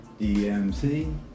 DMC